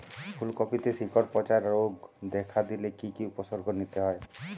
ফুলকপিতে শিকড় পচা রোগ দেখা দিলে কি কি উপসর্গ নিতে হয়?